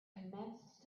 commenced